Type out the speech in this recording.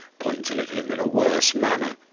pointed at him in a worse manner.